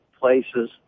places